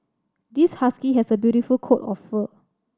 this husky has a beautiful coat of fur